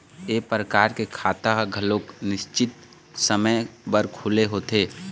ए परकार के खाता ह घलोक निस्चित समे बर खुले होथे